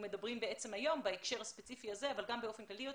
מדברים היום בהקשר הספציפי הזה אבל גם באופן כללי יותר.